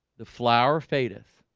the flower fadeth